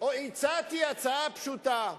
הצעתי הצעה פשוטה: